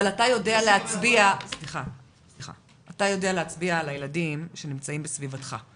אבל אתה יודע להצביע על הילדים שנמצאים בסביבתך,